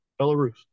Belarus